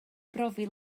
brofi